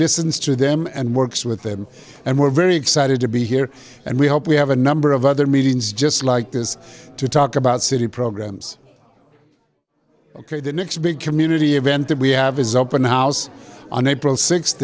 listens to them and works with them and we're very excited to be here and we hope we have a number of other meetings just like this to talk about city programs ok the next big community event that we have is open house on april sixth